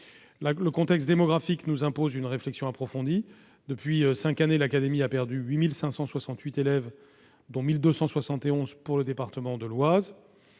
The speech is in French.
Le contexte démographique nous impose une réflexion approfondie. Depuis cinq ans, l'académie a perdu 8 568 élèves, dont 1 271 pour le département de l'Oise.